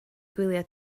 gwylio